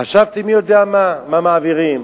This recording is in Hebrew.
חשבתי מי יודע מה, מה מעבירים.